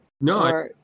No